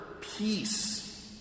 peace